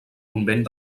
convent